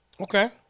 Okay